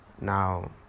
now